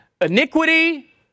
iniquity